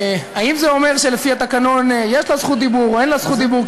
האם זה אומר שלפי התקנון יש לה זכות דיבור או אין לה זכות דיבור,